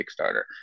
kickstarter